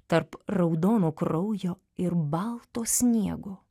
tarp raudono kraujo ir balto sniego